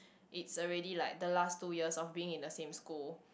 it's already like the last two years of being in the same school